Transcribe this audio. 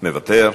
מוותר.